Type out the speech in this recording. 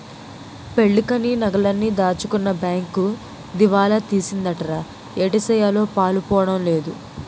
పెళ్ళికని నగలన్నీ దాచుకున్న బేంకు దివాలా తీసిందటరా ఏటిసెయ్యాలో పాలుపోడం లేదు